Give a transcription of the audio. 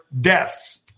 deaths